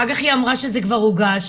אח"כ היא אמרה שזה כבר הוגש,